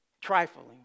trifling